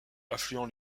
affluent